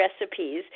recipes